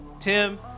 Tim